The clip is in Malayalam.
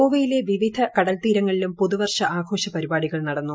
ഗോവയിലെ വിവിധ കടൽത്തീരങ്ങളിലും പുതുവർഷ ആഘോഷ പരിപാടികൾ നടന്നു